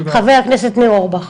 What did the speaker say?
חבר הכנסת ניר אורבך.